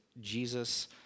Jesus